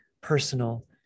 personal